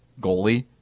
goalie